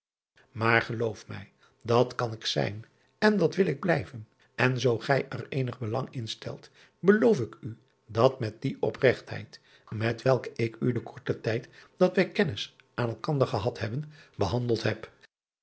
maar geloof mij dat kan ik zijn en dat wil ik blijven en zoo gij er eenig belang in driaan oosjes zn et leven van illegonda uisman stelt beloof ik u dat met die opregtheid met welke ik u den korten tijd dat wij kennis aan elkander gehad hebben behandeld heb